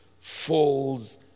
falls